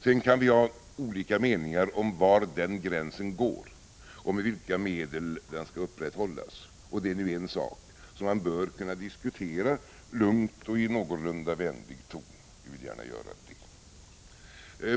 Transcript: Sedan kan vi ha olika meningar om var den gränsen går och med vilka medel den skall upprätthållas. Det är en sak som man bör kunna diskutera lugnt och i någorlunda vänlig ton — vi vill gärna göra det.